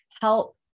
help